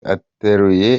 ateruye